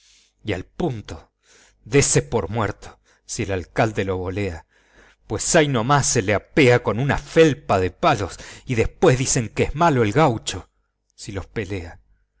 y al punto dese por muerto si el alcalde lo bolea pues ahí nomás se le apea con una felpa de palos y después dicen que es malo el gaucho si los pelea